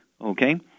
okay